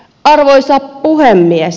arvoisa puhemies